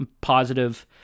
positive